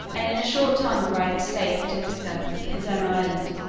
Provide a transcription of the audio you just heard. and in a short time arrived safe at ithaca, his own island.